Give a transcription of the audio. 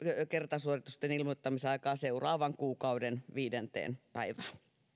kertasuoritusten ilmoittamisaikaa pidennetään seuraavan kuukauden viidenteen päivään